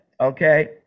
okay